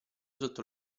sotto